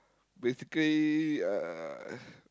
basically uh